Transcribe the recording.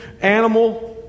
animal